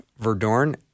Verdorn